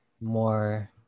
more